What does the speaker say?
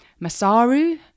Masaru